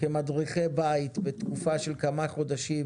כמדריכי בית לתקופה של כמה חודשים,